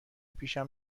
پیشم